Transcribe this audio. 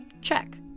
check